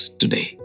today